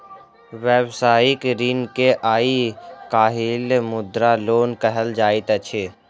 व्यवसायिक ऋण के आइ काल्हि मुद्रा लोन कहल जाइत अछि